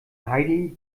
heidi